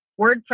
WordPress